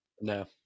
No